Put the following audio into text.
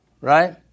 right